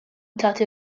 tagħti